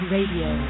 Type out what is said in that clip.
Radio